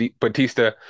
Batista